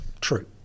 true